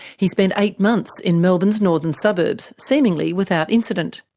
he spent eight months in melbourne's northern suburbs, seemingly without incident.